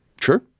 Sure